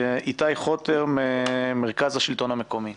איתי חוטר ממרכז השלטון המקומי.